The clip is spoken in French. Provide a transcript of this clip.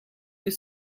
nous